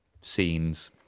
scenes